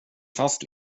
fast